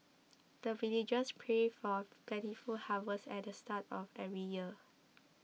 the villagers pray for plentiful harvest at the start of every year